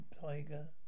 Tiger